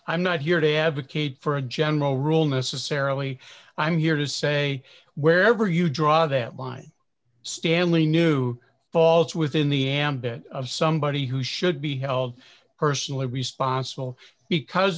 i'm not here to advocate for a general rule necessarily i'm here to say wherever you draw that line stanley knew falls within the ambit of somebody who should be held personally responsible because